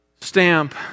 stamp